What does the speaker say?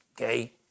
okay